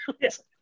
Yes